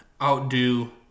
outdo